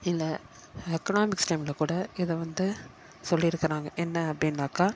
இல்லை எக்கனாமிக்ஸ் டைம்ல கூட இதை வந்து சொல்லியிருக்கிறாங்க என்ன அப்படின்னாக்கா